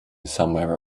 somewhere